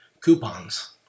coupons